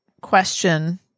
question